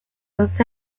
dos